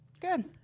Good